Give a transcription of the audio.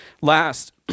Last